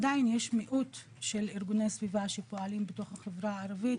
עדיין יש מיעוט של ארגוני סביבה שפועלים בתוך החברה הערבית